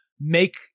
make